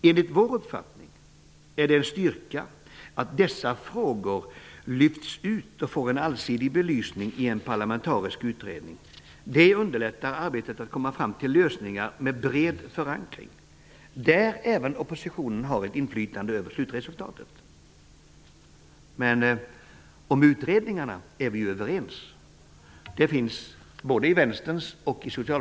Enligt vår uppfattning är det en styrka att dessa frågor lyfts ut och kommer att få en allsidig belysning i en parlamentarisk utredning. Det underlättar arbetet att komma fram till lösningar med bred förankring, där även oppositionen har ett inflytande över slutresultatet. Vi är överens om att det skall göras en utredning.